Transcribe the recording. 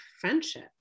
friendship